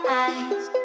eyes